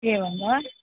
एवं वा